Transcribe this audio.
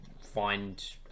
find